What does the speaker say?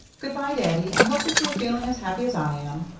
goodbye, daddy, i hope that you are feeling as happy as i am.